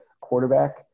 quarterback